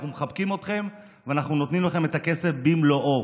אנחנו מחבקים אתכם ואנחנו נותנים לכם את הכסף במלואו.